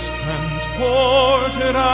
transported